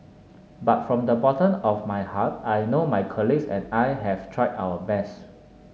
but from the bottom of my heart I know my colleagues and I have tried our best